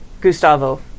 Gustavo